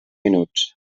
minuts